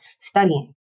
studying